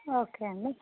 okay అండి